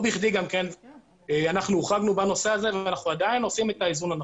לא בכדי אנחנו הוחרגנו בנושא הזה ואנחנו עדיין עושים את האיזון הנכון.